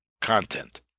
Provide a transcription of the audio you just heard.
content